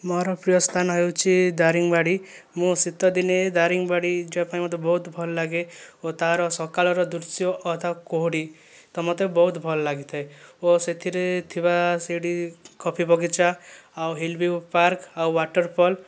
ମୋର ପ୍ରିୟ ସ୍ଥାନ ହେଉଛି ଦାରିଙ୍ଗିବାଡ଼ି ମୁଁ ଶୀତଦିନେ ଦାରିଙ୍ଗିବାଡ଼ି ଯିବାପାଇଁ ମୋତେ ବହୁତ ଭଲ ଲାଗେ ଓ ତାହାର ସକାଳର ଦୃଶ୍ୟ ଓ ତା' କୁହୁଡ଼ି ତ ମୋତେ ବହୁତ ଭଲ ଲାଗିଥାଏ ଓ ସେଥିରେ ଥିବା ସେଇଠି କଫି ବଗିଚା ଆଉ ହିଲ ଭିୟୁ ପାର୍କ ଆଉ ୱାଟର ଫଲ